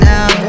Now